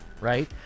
right